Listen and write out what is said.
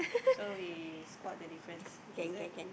so we spot the difference is it